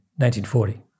1940